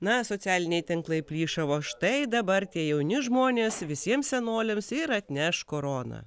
na socialiniai tinklai plyšavo štai dabar tie jauni žmonės visiems senoliams ir atneš koroną